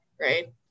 right